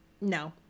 no